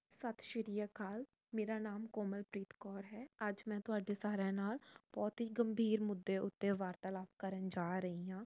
ਸਤਿ ਸ਼੍ਰੀ ਅਕਾਲ ਮੇਰਾ ਨਾਮ ਕੋਮਲਪ੍ਰੀਤ ਕੌਰ ਹੈ ਅੱਜ ਮੈਂ ਤੁਹਾਡੇ ਸਾਰਿਆਂ ਨਾਲ ਬਹੁਤ ਹੀ ਗੰਭੀਰ ਮੁੱਦੇ ਉੱਤੇ ਵਾਰਤਾਲਾਪ ਕਰਨ ਜਾ ਰਹੀ ਹਾਂ